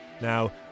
now